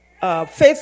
faith